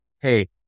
hey